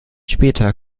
später